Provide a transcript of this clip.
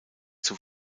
zur